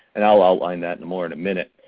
and i'll outline that and more in a minute.